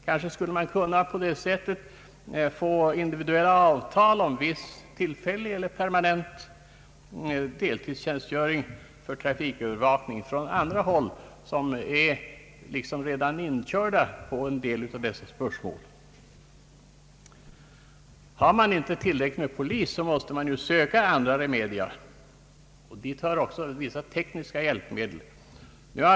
Kanske skulle man på det sättet få individuella avtal om viss tillfällig eller permanent deltidstjänstgöring för trafikövervakning och det av personal som är inkörd på en del av dessa spörsmål. Har man inte tillräckligt med polis måste man söka andra remedia, såsom vissa tekniska hjälpmedel.